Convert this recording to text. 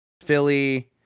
Philly